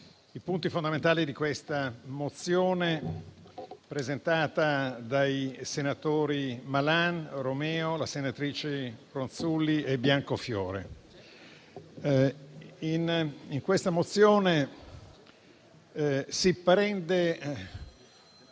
i punti fondamentali di questa mozione, presentata dai senatori Malan e Romeo e dalle senatrici Ronzulli e Biancofiore. In questa mozione si prendono